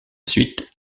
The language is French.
suite